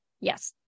yes